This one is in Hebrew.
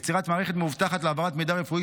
יצירת מערכת מאובטחת להעברת מידע רפואי,